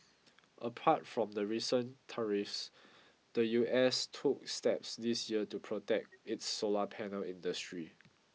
apart from the recent tariffs the U S took steps this year to protect its solar panel industry